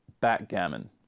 backgammon